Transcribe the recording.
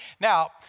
Now